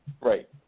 Right